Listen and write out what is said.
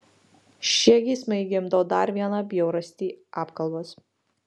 šie geismai gimdo dar vieną bjaurastį apkalbas